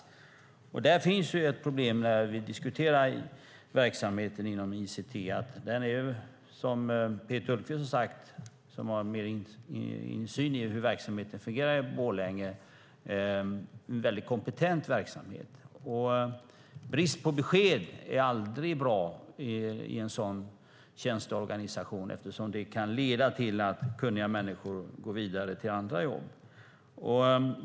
Som Peter Hultqvist sade är det en välfungerande och kompetent verksamhet vid ICT; han har ju mer insyn i hur den fungerar i Borlänge. Brist på besked är aldrig bra i en sådan tjänsteorganisation eftersom det kan leda till att kunniga människor går vidare till andra jobb.